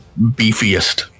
beefiest